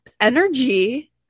energy